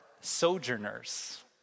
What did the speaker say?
sojourners